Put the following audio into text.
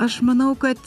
aš manau kad